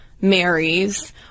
marries